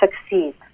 succeed